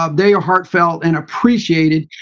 um they are heartfelt and appreciated.